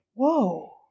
Whoa